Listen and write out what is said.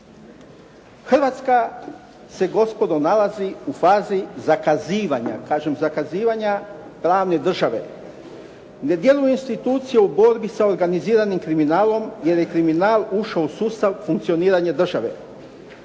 Hrvatska se gospodo nalazi u fazi zakazivanja. Kažem zakazivanja pravne države. Ne djeluje institucija u borbi sa organiziranim kriminalom, jer je kriminal ušao u sustav u funkcioniranje države.